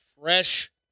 fresh